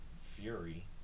Fury